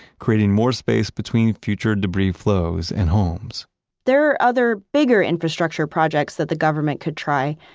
creating more space between future debris flows and homes there are other, bigger infrastructure projects that the government could try,